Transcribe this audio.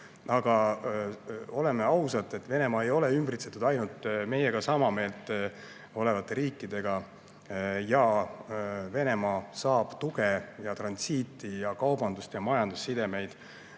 Aga oleme ausad, Venemaa ei ole ümbritsetud ainult meiega sama meelt olevate riikidega. Ja Venemaa saab tuge, et transiiti, kaubandus- ja majandussidemeid